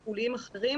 מיקי,